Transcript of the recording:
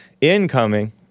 incoming